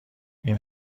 این